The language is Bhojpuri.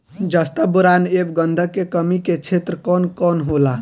जस्ता बोरान ऐब गंधक के कमी के क्षेत्र कौन कौनहोला?